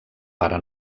pare